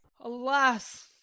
alas